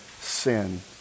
sin